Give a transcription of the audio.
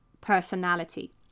personality